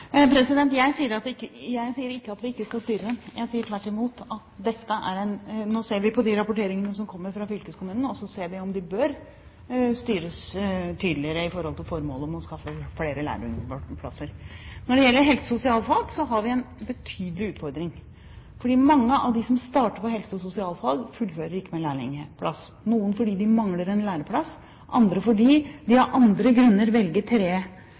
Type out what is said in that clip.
Jeg sier ikke at vi ikke skal styre dem – tvert i mot. Nå ser vi på de rapporteringene som kommer fra fylkeskommunene, om de bør styres tydeligere i forhold til formålet om å skaffe flere lærlingplasser. Når det gjelder helse- og sosialfag, har vi en betydelig utfordring fordi mange av dem som starter på helse- og sosialfag, ikke fullfører med lærlingplass – noen fordi de mangler en læreplass, andre fordi de av andre grunner velger